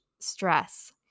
Stress